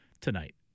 tonight